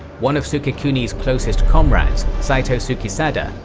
one of sukekuni's closest comrades, saito sukesada,